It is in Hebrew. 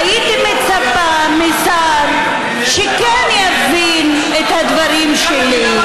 הייתי מצפה משר שכן יבין את הדברים שלי,